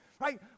right